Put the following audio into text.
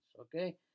Okay